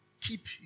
Keep